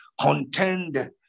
Contend